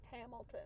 hamilton